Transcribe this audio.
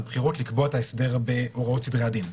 הבחירות לקבוע את ההסדר בהוראות סדרי הדין.